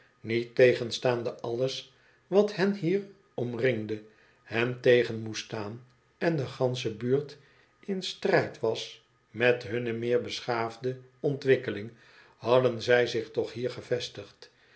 niettegenstaande alles wat hen hier omringde hen tegen moest staan en de gansene buurt in strijd was met hunne meer beschaafde ontwikkeling hadden zij zich toch hier gevestigd